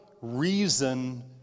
reason